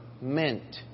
meant